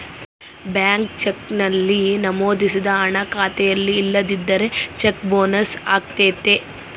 blank cheque ನಲ್ಲಿ ನಮೋದಿಸಿದ ಹಣ ಖಾತೆಯಲ್ಲಿ ಇಲ್ಲದಿದ್ದರೆ ಚೆಕ್ ಬೊನ್ಸ್ ಅಗತ್ಯತೆ